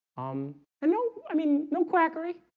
um? and no, i mean no quackery